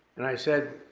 and i said,